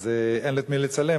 אין את מי לצלם,